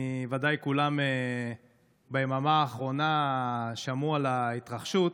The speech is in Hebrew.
ודאי כולם ביממה האחרונה שמעו על ההתרחשות,